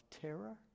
terror